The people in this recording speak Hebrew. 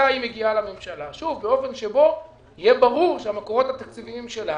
מתי היא מגיעה לממשלה באופן שבו יהיה ברור שהמקורות התקציביים שלה